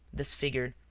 disfigured,